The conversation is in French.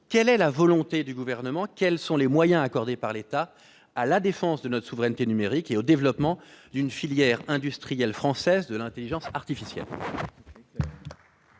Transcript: quelle est la volonté du Gouvernement et quels sont les moyens accordés par l'État à la défense de notre souveraineté numérique et au développement d'une filière industrielle française de l'intelligence artificielle ?